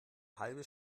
halbe